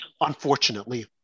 unfortunately